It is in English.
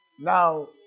Now